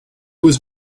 was